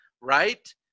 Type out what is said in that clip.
right